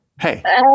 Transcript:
hey